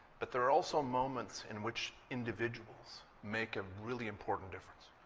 but there are also moments in which individuals make a really important difference.